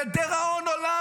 לדיראון עולם,